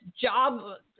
job